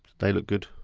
they look good.